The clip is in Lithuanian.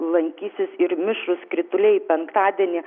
lankysis ir mišrūs krituliai penktadienį